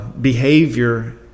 behavior